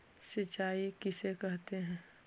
सिंचाई किसे कहते हैं?